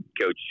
Coach